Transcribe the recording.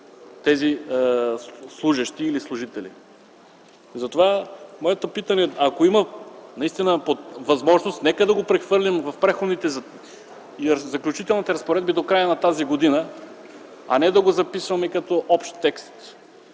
тези служещи или служители. Затова моето питане е: ако има възможност, нека да го прехвърлим в Преходните и заключителните разпоредби до края на тази година, а не да го записваме като общ текст,